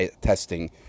testing